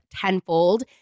tenfold